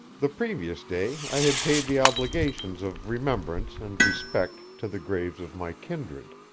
the previous day i had paid the obligations of remembrance and respect to the graves of my kindred,